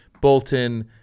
Bolton